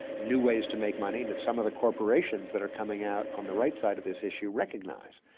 new ways to make money that some of the corporations that are coming out on the right side of this issue recognise,